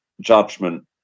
judgment